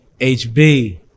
hb